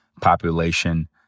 population